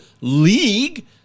league